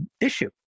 issue